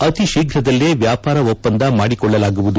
ಅತಿ ಶೀಘ್ರದಲ್ಲೇ ವ್ಯಾಪಾರ ಒಪ್ಸಂದ ಮಾಡಿಕೊಳ್ಳಲಾಗುವುದು